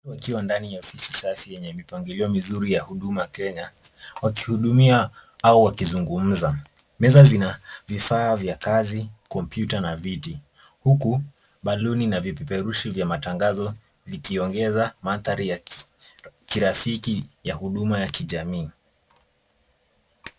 Wakiwa ndani ya ofisi safi yenye mipangilio ya Huduma Kenya, wakihudumia au wakizungumza. Meza zina vifaa vya kazi, kompyuta na viti, huku baluni na vipeperushi vya matangazo vikiongeza mandhari ya kirafiki ya huduma ya kijamii.